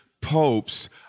popes